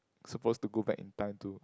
supposed to go back in time to